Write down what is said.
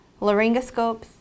laryngoscopes